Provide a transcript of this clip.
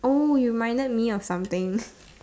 oh you reminded me of something